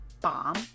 bomb